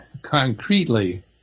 concretely